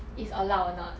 is allowed or not